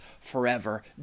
forever